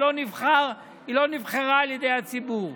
היא לא נבחרה על ידי הציבור.